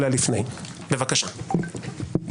אני בחרתי להציג נוסח.